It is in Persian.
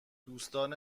دوستان